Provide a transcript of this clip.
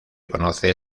conoce